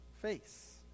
face